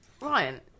Ryan